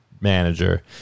manager